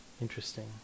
Interesting